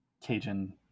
Cajun